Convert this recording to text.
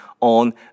on